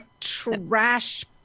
trash